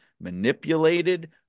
manipulated